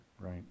Right